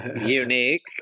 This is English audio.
unique